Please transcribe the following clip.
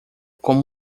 como